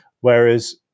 Whereas